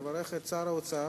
לברך את שר האוצר,